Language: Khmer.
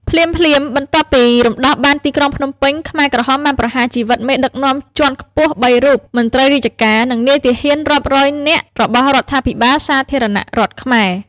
ភ្លាមៗបន្ទាប់ពីរំដោះបានទីក្រុងភ្នំពេញ ខ្មែរក្រហមបានប្រហារជីវិតមេដឹកនាំជាន់ខ្ពស់ ៣ រូប មន្ត្រីរាជការ និងនាយទាហានរាប់រយនាក់របស់រដ្ឋាភិបាលសាធារណរដ្ឋខ្មែរ។